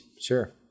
Sure